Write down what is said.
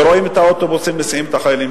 ורואים את האוטובוסים מסיעים את החיילים,